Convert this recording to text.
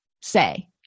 say